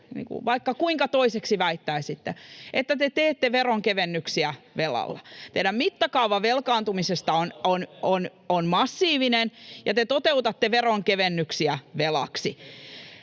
vaikka kuinka toiseksi väittäisitte, että te teette veronkevennyksiä velalla. Teidän mittakaavanne velkaantumisesta on massiivinen, ja te toteutatte veronkevennyksiä velaksi.